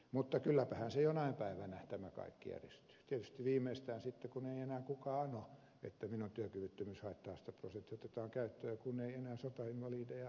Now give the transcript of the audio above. mutta kylläpähän tämä kaikki jonakin päivänä järjestyy tietysti viimeistään sitten kun ei enää kukaan ano että minun työttömyyshaitta asteprosenttini otetaan käyttöön kun ei enää sotainvalideja ole